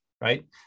right